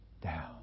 down